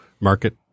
market